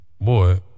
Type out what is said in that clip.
boy